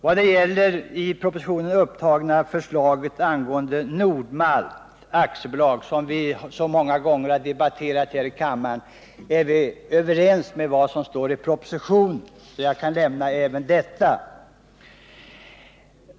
Vad gäller det i propositionen upptagna förslaget angående Nord-Malt AB, som vi redan många gånger har debatterat här i kammaren, håller vi med om det som står i propositionen, varför jag kan lämna även detta avsnitt.